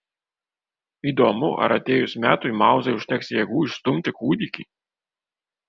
įdomu ar atėjus metui mauzai užteks jėgų išstumti kūdikį